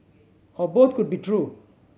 or both could be true